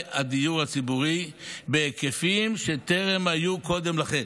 הדיור הציבורי בהיקפים שטרם היו קודם לכן.